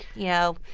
you know.